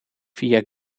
via